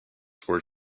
were